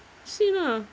see lah